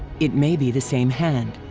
it may be the same hand.